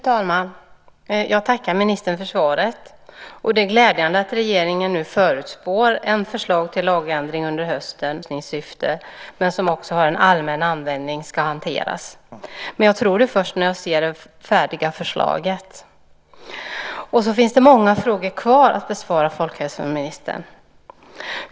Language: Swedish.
Fru talman! Jag tackar ministern för svaret. Det är glädjande att regeringen nu förutspår ett förslag till lagändring under hösten av hur de ämnen som används i berusningssyfte men som också har en allmän användning ska hanteras. Men jag tror det först när jag ser det färdiga förslaget. Det finns många frågor kvar att besvara, folkhälsoministern.